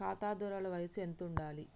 ఖాతాదారుల వయసు ఎంతుండాలి?